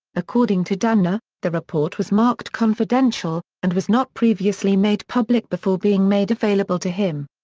according to danner, the report was marked confidential and was not previously made public before being made available to him.